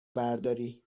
برداری